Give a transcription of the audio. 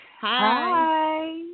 Hi